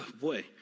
boy